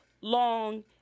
long